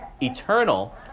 eternal